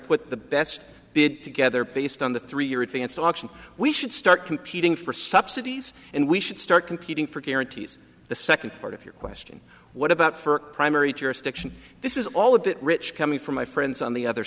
put the best bid together based on the three european stocks and we should start competing for subsidies and we should start competing for guarantees the second part of your question what about for primary jurisdiction this is all a bit rich coming from my friends on the other